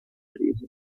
riso